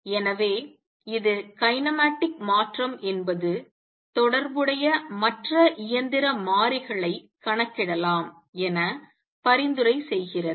எனவே இது கைனேமேடிக் மாற்றம் என்பது தொடர்புடைய மற்ற இயந்திர மாறிகளைக் கணக்கிடலாம் என பரிந்துரை செய்கிறது